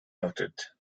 noted